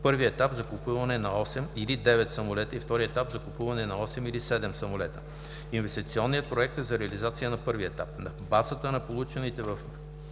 Първи етап – закупуване на 8 или 9 самолета, и втори етап – закупуване на 8 или 7 самолета. Инвестиционният проект е за реализация на първия етап. На базата на получената в